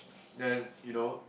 then you know